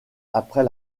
après